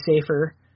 safer